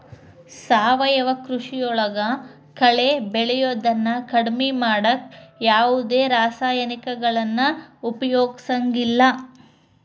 ಸಾವಯವ ಕೃಷಿಯೊಳಗ ಕಳೆ ಬೆಳಿಯೋದನ್ನ ಕಡಿಮಿ ಮಾಡಾಕ ಯಾವದ್ ರಾಸಾಯನಿಕಗಳನ್ನ ಉಪಯೋಗಸಂಗಿಲ್ಲ